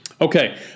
Okay